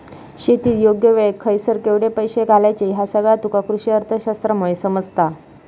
शेतीत योग्य वेळेक खयसर केवढे पैशे घालायचे ह्या सगळा तुका कृषीअर्थशास्त्रामुळे समजता